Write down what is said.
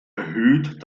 erhöht